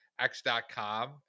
X.com